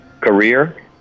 career